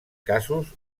casos